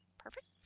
perfect.